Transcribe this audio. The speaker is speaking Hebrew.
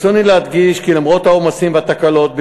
ברצוני להדגיש כי למרות העומסים והתקלות,